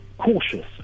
cautious